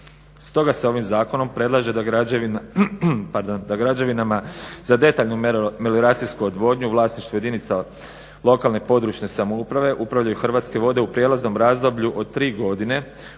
Stoga se ovim zakonom predlaže da građevinama za detaljnu melioracijsku odvodnju u vlasništvu jedinica lokalne, područne samouprave upravljaju Hrvatske vode u prijelaznom razdoblju od tri godine